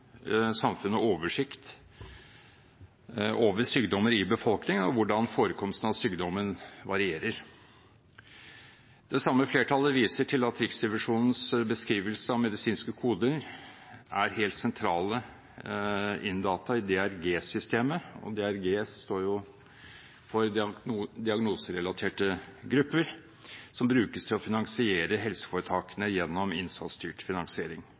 samfunnet oversikt over sykdommer i befolkningen og hvordan forekomsten av sykdommene varierer. Det samme flertallet viser til at Riksrevisjonens beskrivelse av medisinske koder er helt sentrale inndata i DRG-systemet – DRG står for diagnoserelaterte grupper – som brukes til å finansiere helseforetakene gjennom innsatsstyrt finansiering.